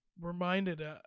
reminded